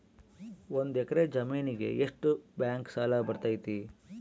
ಒಂದು ಎಕರೆ ಜಮೇನಿಗೆ ಎಷ್ಟು ಬ್ಯಾಂಕ್ ಸಾಲ ಬರ್ತೈತೆ?